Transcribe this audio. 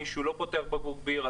מישהו לא פותח בקבוק בירה,